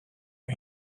you